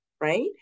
right